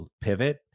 pivot